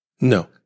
No